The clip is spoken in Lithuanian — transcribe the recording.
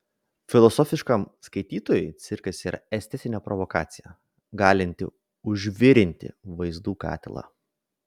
filosofiškam skaitytojui cirkas yra estetinė provokacija galinti užvirinti vaizdų katilą